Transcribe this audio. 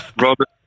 Robert